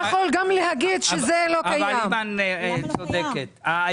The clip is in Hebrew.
אימאן ח'טיב יאסין (רע"מ,